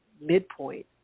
midpoint